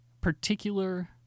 particular